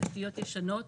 תשתיות ישנות,